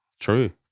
True